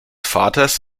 vaters